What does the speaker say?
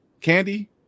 Candy